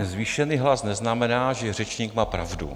Zvýšený hlas neznamená, že řečník má pravdu.